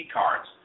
cards